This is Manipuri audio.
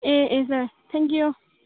ꯑꯦ ꯑꯦ ꯁꯔ ꯊꯦꯟ ꯀ꯭ꯌꯨ